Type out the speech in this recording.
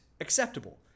acceptable